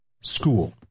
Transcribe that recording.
school